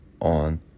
on